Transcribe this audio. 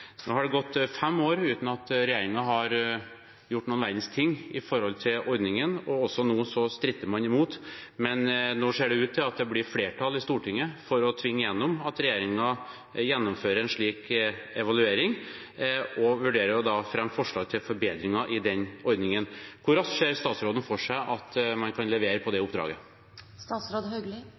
Nå har det gått fem år uten at regjeringen har gjort noen verdens ting med ordningen, og også nå stritter man imot. Men nå ser det ut til at det blir flertall i Stortinget for å tvinge igjennom at regjeringen gjennomfører en slik evaluering og vurderer å fremme forslag til forbedringer av denne ordningen. Hvor raskt ser statsråden for seg at man kan levere på det